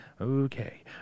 okay